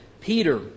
Peter